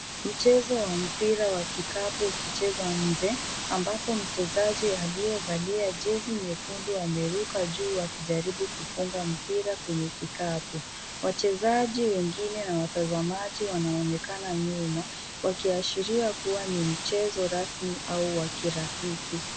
Mchezo wa mpira wa kikapu ukichezwa nje, ambapo mchezaji aliyevalia jezi nyekundu ameruka juu akijaribu kufunga mpira kwenye kikapu. Wachezaji wengine na watazamaji wanaonekana nyuma. Wakiashiria kuwa ni mchezo rasmi au wa kirafiki.